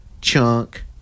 chunk